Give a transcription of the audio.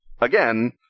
again